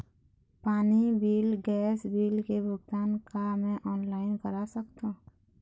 पानी bill gas bill के भुगतान का मैं ऑनलाइन करा सकथों?